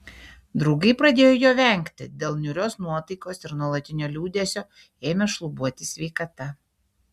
draugai pradėjo jo vengti dėl niūrios nuotaikos ir nuolatinio liūdesio ėmė šlubuoti sveikata